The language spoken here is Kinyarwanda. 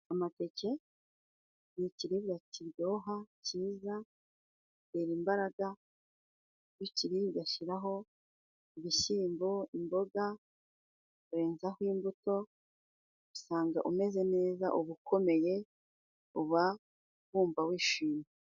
Amateke ni ikiribwa kiryoha cyiza gitera imbaraga, iyukiriye ugashyiraho ibishyimbo, imboga, ukarenzaho imbuto. usanga umeze neza uba ukomeye uba wumva wishimye.